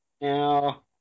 now